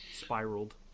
spiraled